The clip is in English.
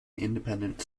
independent